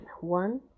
One